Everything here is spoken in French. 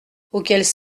auxquels